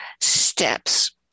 steps